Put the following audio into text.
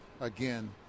Again